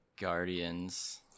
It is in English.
Guardians